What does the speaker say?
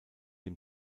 dem